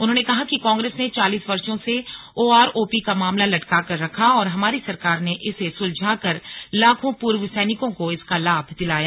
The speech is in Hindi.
उन्होंने कहा कि कांग्रेस ने चालीस वर्षो से ओआरओपी का मामला लटका कर रखा और हमारी सरकार ने इसे सुलझाकर लाखों पूर्व सैनिकों को इसका लाभ दिलाया